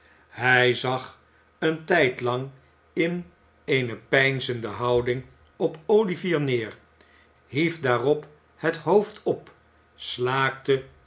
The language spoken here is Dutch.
hij zag een tijdlang in eene peinzende houding op olivier neer hief daarop het hoofd op slaakte